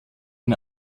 ihn